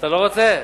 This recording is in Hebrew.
לא רוצה?